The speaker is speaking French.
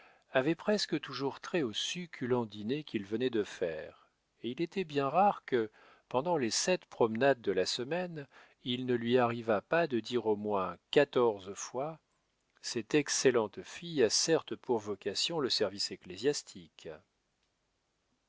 avaient presque toujours trait au succulent dîner qu'il venait de faire et il était bien rare que pendant les sept promenades de la semaine il ne lui arrivât pas de dire au moins quatorze fois cette excellente fille a certes pour vocation le service